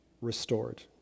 restored